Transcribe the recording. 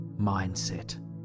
mindset